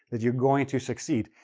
that you're going to succeed.